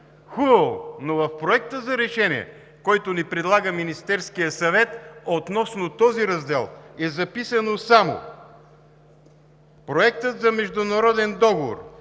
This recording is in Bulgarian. Хубаво, но в Проекта за решение, който ни предлага Министерският съвет относно този раздел, е записано само: „Проектът за международен договор